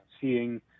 seeing